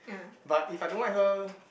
but if I don't like her